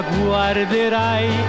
guarderai